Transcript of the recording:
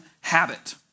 habit